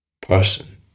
person